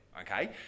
okay